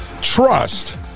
trust